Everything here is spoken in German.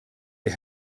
der